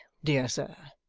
dear sir.